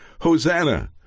Hosanna